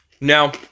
Now